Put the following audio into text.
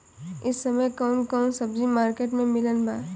इह समय कउन कउन सब्जी मर्केट में मिलत बा?